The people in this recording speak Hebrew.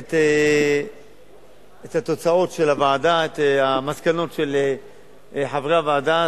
את התוצאות של הוועדה, את המסקנות של חברי הוועדה.